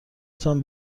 تان